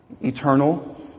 eternal